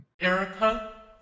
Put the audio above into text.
Erica